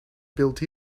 built